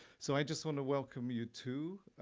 so i just want to welcome you to,